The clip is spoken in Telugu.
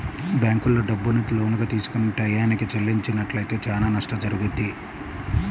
బ్యేంకుల్లో డబ్బుని లోనుగా తీసుకొని టైయ్యానికి చెల్లించనట్లయితే చానా నష్టం జరుగుద్ది